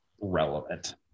relevant